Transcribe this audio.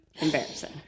embarrassing